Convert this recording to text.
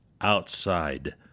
outside